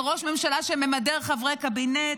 על ראש ממשלה שממדר חברי קבינט,